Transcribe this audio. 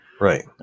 Right